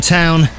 town